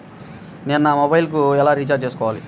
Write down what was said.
నేను నా మొబైల్కు ఎలా రీఛార్జ్ చేసుకోవాలి?